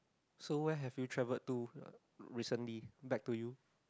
so where have you traveled to recently back to you